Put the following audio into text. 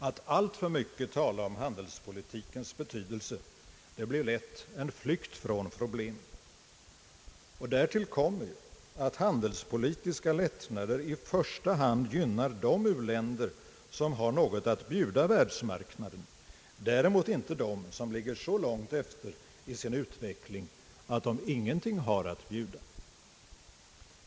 Att alltför mycket tala om handelspolitikens betydelse blir lätt en flykt från problemen. Därtill kommer att handelspolitiska lättnader i första hand gynnar de u-länder som har något att bjuda världsmarknaden, däremot inte dem som ligger så långt efter i sin utveckling att de ingenting har att bjuda.